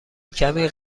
کمی